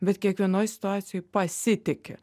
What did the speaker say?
bet kiekvienoj situacijoj pasitiki